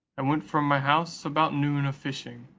i went from my house about noon a fishing,